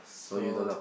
so